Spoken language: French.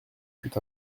fut